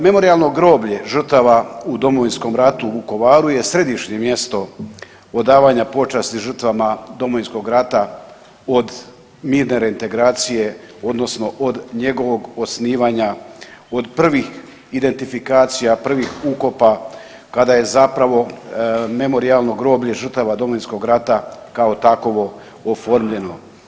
Memorijalno groblje žrtava u Domovinskom ratu u Vukovaru je središnje mjesto odavanja počasti žrtvama Domovinskog rata od mirne reintegracije odnosno od njegovog osnivanja od prvih identifikacija, prvih ukopa, kada je zapravo Memorijalno groblje žrtava Domovinskog rata kao takovo oformljeno.